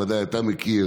אתה ודאי מכיר